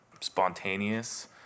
spontaneous